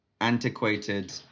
antiquated